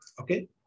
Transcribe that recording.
Okay